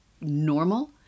normal